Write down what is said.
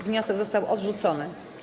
Wniosek został odrzucony.